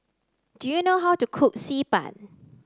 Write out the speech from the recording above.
do you know how to cook Xi Ban